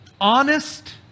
honest